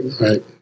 Right